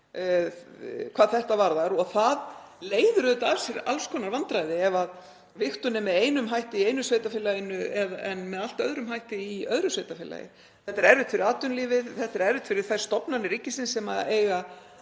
hvað þetta varðar. Það leiðir auðvitað af sér alls konar vandræði ef vigtun er með einum hætti í einu sveitarfélaginu en með allt öðrum hætti í öðru sveitarfélagi. Þetta er erfitt fyrir atvinnulífið. Þetta er erfitt fyrir þær stofnanir ríkisins sem eiga